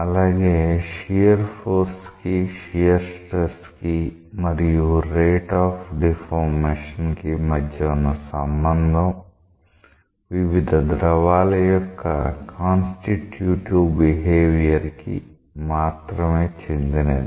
అలాగే shear force కి shear stress కి మరియు రేట్ ఆఫ్ డిఫార్మేషన్ కి మధ్య ఉన్న సంబంధం వివిధ ద్రవాల యొక్క కాన్స్టిట్యూటివ్ బిహేవియర్ కి మాత్రమే చెందినది